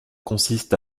consiste